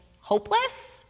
hopeless